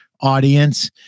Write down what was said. audience